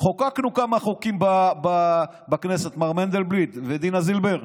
חוקקנו כמה חוקים בכנסת, מר מנדלבליט ודינה זילבר.